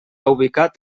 ubicat